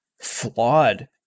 flawed